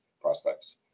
prospects